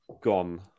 gone